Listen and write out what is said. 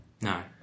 No